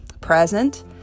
present